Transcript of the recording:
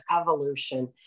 evolution